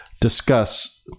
discuss